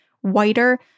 whiter